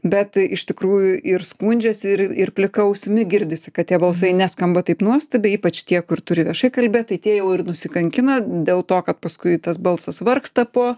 bet iš tikrųjų ir skundžiasi ir ir plika ausimi girdisi kad tie balsai neskamba taip nuostabiai ypač tie kur turi viešai kalbėt tai tie jau ir nusikankina dėl to kad paskui tas balsas vargsta po